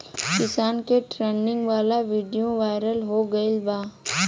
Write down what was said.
किसान के ट्रेनिंग वाला विडीओ वायरल हो गईल बा